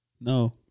No